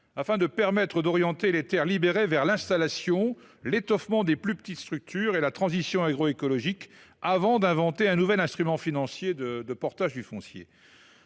afin de permettre d’orienter les terres libérées vers l’installation, l’étoffement des plus petites structures et la transition agroécologique, avant d’inventer un nouvel instrument financier de portage du foncier.